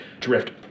drift